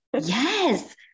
Yes